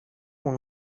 اون